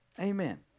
Amen